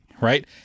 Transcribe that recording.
right